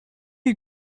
you